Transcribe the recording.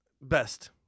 Best